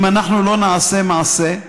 אם אנחנו לא נעשה מעשה,